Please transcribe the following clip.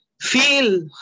feel